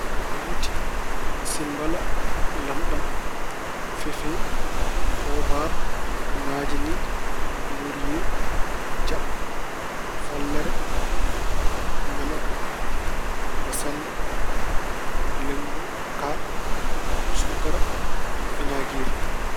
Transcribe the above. Buuti, simmbala, lamɗam, fefe, pobaar, naajini, loriye, jaɓɓe, follere, ñamoko, bassalle, lemmburu kaaɗɗo, suukara, winaagir.